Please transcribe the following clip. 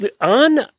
On